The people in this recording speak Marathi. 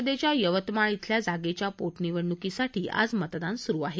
विधानपरिषदेच्या यवतमाळ अल्या जागेच्या पोटनिवडणुकीसाठी आज मतदान सुरु आहे